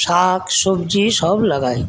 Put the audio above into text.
শাক সবজি সব লাগায়